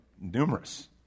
numerous